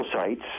sites